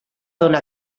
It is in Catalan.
dóna